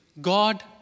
God